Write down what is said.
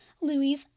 Louis